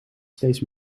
steeds